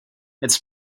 its